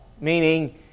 Meaning